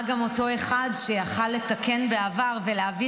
מה גם שאותו אחד שיכול לתקן בעבר ולהביא